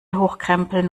hochkrempeln